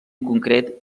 concret